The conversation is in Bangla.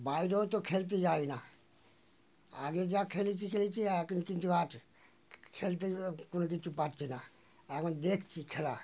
বাইরেও তো খেলতে যাই না আগে যা খেলেছি খেলেছি এখন কিন্তু আর খেলতে কোনো কিছু পারছি না এখন দেখছি খেলা